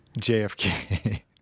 JFK